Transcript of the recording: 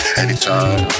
anytime